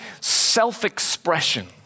self-expression